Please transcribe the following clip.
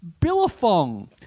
Billafong